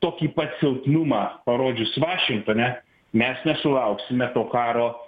tokį pat silpnumą parodžius vašingtone mes nesulauksime to karo